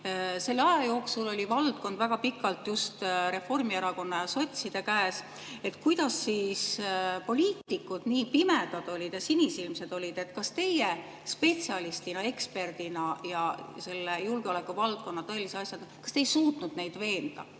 Selle aja jooksul oli valdkond väga pikalt just Reformierakonna ja sotside käes. Kuidas siis poliitikud nii pimedad ja sinisilmsed olid? Kas teie spetsialistina, eksperdina ja selle julgeolekuvaldkonna tõelise asjatundjana ei suutnud neid veenda